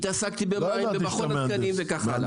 התעסקתי במים במכון התקנים וכך הלאה.